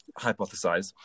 hypothesize